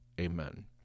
Amen